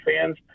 fans